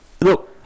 look